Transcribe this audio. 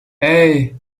hey